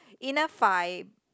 enough vibe